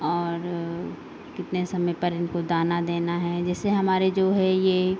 और कितने समय पर इनको दाना देना है जैसे हमारे जो है ये